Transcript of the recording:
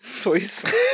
please